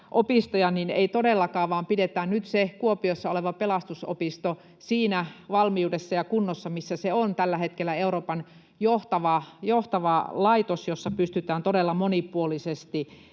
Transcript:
niin ei todellakaan, vaan pidetään nyt se Kuopiossa oleva Pelastusopisto siinä valmiudessa ja kunnossa, missä se on tällä hetkellä. Se on Euroopan johtava laitos, jossa pystytään todella monipuolisesti